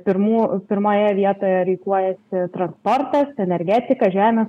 pirmų pirmoje vietoje rikiuojasi transportas energetika žemė